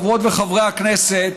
חברות וחברי הכנסת,